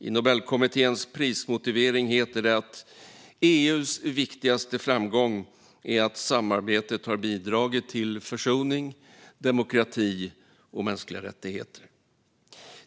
I Nobelkommitténs prismotivering heter det att EU:s viktigaste framgång är att samarbetet har bidragit till försoning, demokrati och mänskliga rättigheter.